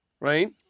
right